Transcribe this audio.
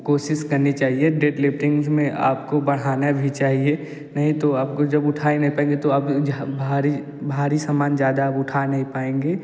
कोशिश करना चाहिए डेडलिफ्टिंग में आपको बढ़ाना भी चाहिए नहीं तो आपको जब उठाएंगे पहले तो आप कुछ भारी भारी सामान ज़्यादा उठा नहीं पाएँगे